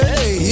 Hey